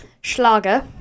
schlager